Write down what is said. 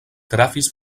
trafis